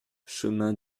chemin